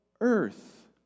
earth